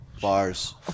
bars